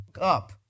up